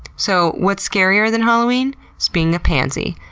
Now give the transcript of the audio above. so what's scarier than halloween? it's being a pansy.